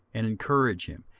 and encourage him,